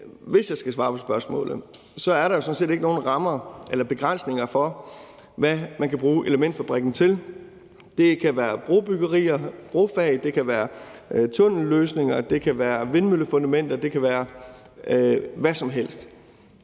hvis jeg skal svare på spørgsmålet, vil jeg sige, at der jo sådan set ikke er nogen begrænsninger, i forhold til hvad man kan bruge elementfabrikken til. Det kan være brobyggerier og brofag. Det kan være tunnelløsninger. Det kan være vindmøllefundamenter. Det kan være hvad som helst.